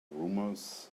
rumors